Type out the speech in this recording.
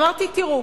אמרתי: תראו,